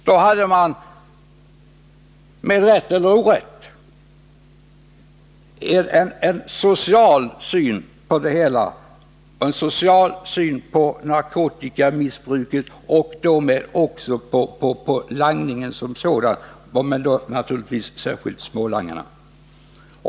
Då tillämpades, med rätt eller med orätt, en social syn på narkotikamissbruket och även på langningen, särskilt på smålangarna.